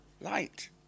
light